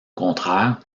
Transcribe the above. contraire